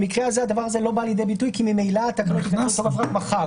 במקרה הזה הדבר הזה לא בא לידי ביטוי כי ממילא התקנות נכנסות לתוקף מחר.